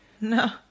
No